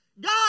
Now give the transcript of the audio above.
God